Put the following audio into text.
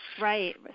Right